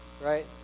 right